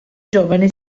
giovane